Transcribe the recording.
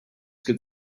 could